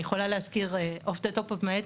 אני יכולה להזכיר מתוך הזיכרון שלי,